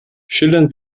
schildern